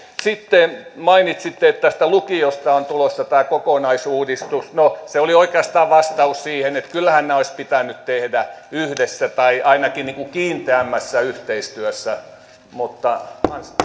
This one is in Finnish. sitten mainitsitte että lukiosta on tulossa kokonaisuudistus no se oli oikeastaan vastaus siihen että kyllähän nämä olisi pitänyt tehdä yhdessä tai ainakin kiinteämmässä yhteistyössä mutta